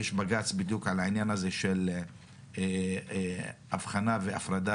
יש בג"ץ בדיוק על העניין הזה של אבחנה והפרדה